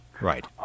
Right